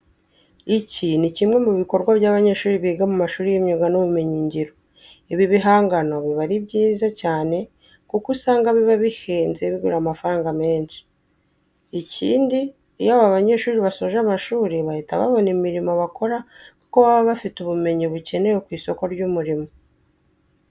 Iki ni kimwe mu bikorwa by'abanyeshuri biga mu mashuri y'imyuga n'ubumenyingiro. Ibi bigangano biba ari byiza cyane kuko usanga biba bihenze bigura amafaranga menshi. Ikindi iyo aba banyeshuri basoje amashuri bahita babona imirimo bakora kuko baba bafite ubumenyi bukenewe ku isoko ry'umurimo.